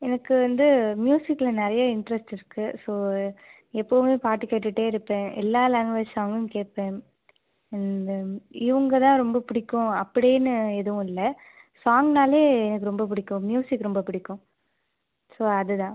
எனக்கு வந்து மியூசிக்ல நிறைய இன்ட்ரெஸ்ட் இருக்குது ஸோ எப்பவுமே பாட்டு கேட்டுகிட்டே இருப்பேன் எல்லா லேங்குவேஜ் சாங்கும் கேட்பேன் அண்ட் தென் இவங்க தான் ரொம்ப பிடிக்கும் அப்படின்னு எதுவும் இல்லை சாங்னாலே எனக்கு ரொம்ப பிடிக்கும் மியூசிக் ரொம்ப பிடிக்கும் ஸோ அது தான்